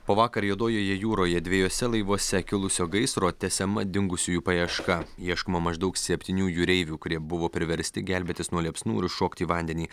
po vakar juodojoje jūroje dviejuose laivuose kilusio gaisro tęsiama dingusiųjų paieška ieškoma maždaug septynių jūreivių kurie buvo priversti gelbėtis nuo liepsnų ir šokti į vandenį